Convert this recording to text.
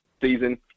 season